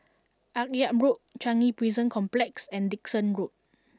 Akyab Road Changi Prison Complex and Dickson Road